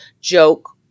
joke